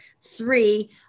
three